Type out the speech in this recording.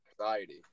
anxiety